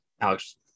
Alex